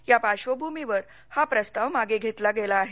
या पार्धभूमीवर हा प्रस्ताव मागं घेतला गेला आहे